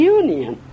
union